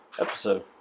episode